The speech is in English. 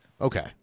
Okay